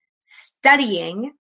studying